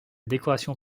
décoration